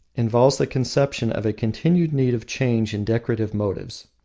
involves the conception of a continued need of change in decorative motives.